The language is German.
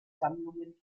sammlungen